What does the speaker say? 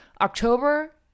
October